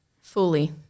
Fully